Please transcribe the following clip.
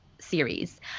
series